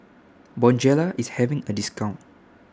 Bonjela IS having A discount